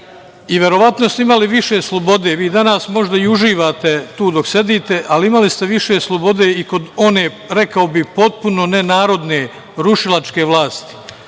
i verovatno ste imali više slobode. Vi danas možda i uživate tu dok sedite, ali imali ste više slobode i kod one, rekao bih, potpuno nenarodne rušilačke vlasti. Da